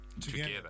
together